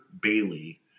Bailey